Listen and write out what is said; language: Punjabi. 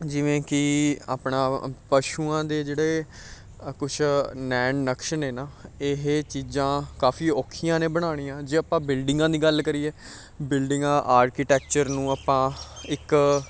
ਜਿਵੇਂ ਕਿ ਆਪਣਾ ਪਸ਼ੂਆਂ ਦੇ ਜਿਹੜੇ ਅ ਕੁਛ ਨੈਣ ਨਕਸ਼ ਨੇ ਨਾ ਇਹ ਚੀਜ਼ਾਂ ਕਾਫੀ ਔਖੀਆਂ ਨੇ ਬਣਾਉਣੀਆਂ ਜੇ ਆਪਾਂ ਬਿਲਡਿੰਗਾਂ ਦੀ ਗੱਲ ਕਰੀਏ ਬਿਲਡਿੰਗਾਂ ਆਰਕੀਟੈਕਚਰ ਨੂੰ ਆਪਾਂ ਇੱਕ